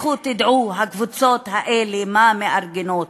לכו תדעו, הקבוצות האלה, מה הן מארגנות.